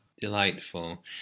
Delightful